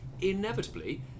Inevitably